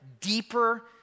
deeper